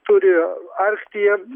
turi arktyje